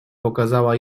pokazała